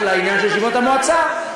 לעניין של ישיבות מועצה,